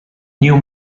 new